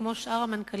כמו של שאר המנכ"לים,